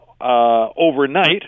overnight